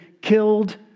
killed